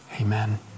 Amen